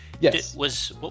Yes